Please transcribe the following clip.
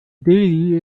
delhi